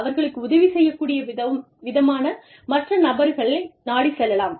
அவர்களுக்கு உதவி செய்யக்கூடிய விதமான மற்ற நபர்களை நாடிச் செல்லலாம்